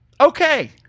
okay